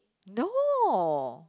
no